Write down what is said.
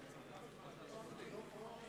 כבוד השרים,